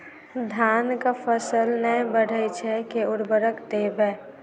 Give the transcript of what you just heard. धान कऽ फसल नै बढ़य छै केँ उर्वरक देबै?